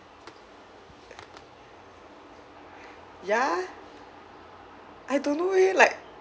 ya I don't know leh like